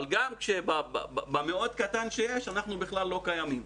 אבל גם במאוד קטן שיש אנחנו בכלל לא קיימים.